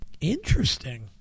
Interesting